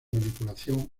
manipulación